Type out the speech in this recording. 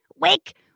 Wake